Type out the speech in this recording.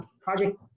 project